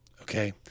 okay